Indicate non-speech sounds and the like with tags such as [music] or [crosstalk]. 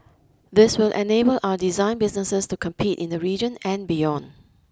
this will enable [noise] our design businesses to compete in the region and beyond